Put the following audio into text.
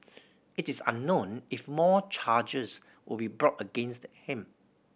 it is unknown if more charges will be brought against him